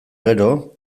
gero